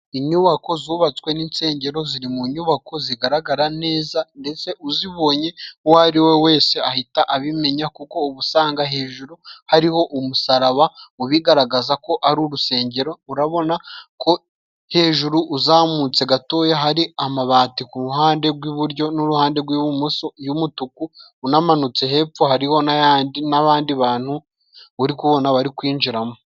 Inyubako zubatswe n'insengero ziri mu nyubako zigaragara neza ndetse uzibonye uwo ari we wese ahita abimenya kuko ubu usanga hejuru hariho umusaraba ubigaragaza ko ari urusengero urabona ko hejuru uzamutse gatoya hari amabati kuruhande gw'iburyo nu'ruhande rw'ibumoso y'umutuku unamanutse hepfo hariho nayandi n'abandi bantu uri kubona bari kwinjiramo.